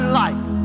life